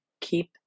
Keep